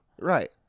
Right